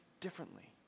differently